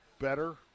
better